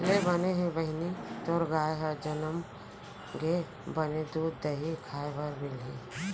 ले बने हे बहिनी तोर गाय ह जनम गे, बने दूद, दही खाय बर मिलही